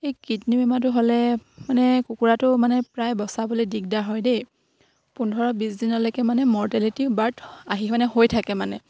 এই কিটনী বেমাৰটো হ'লে মানে কুকুৰাটো মানে প্ৰায় বচাবলে দিগদাৰ হয় দেই পোন্ধৰ বিছ দিনলৈকে মানে মৰ্টেলিটি বাৰ্থ আহি মানে হৈ থাকে মানে